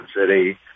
City